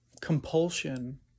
compulsion